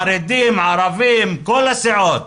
חרדים, ערבים, כל הסיעות.